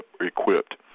equipped